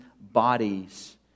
bodies